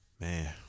man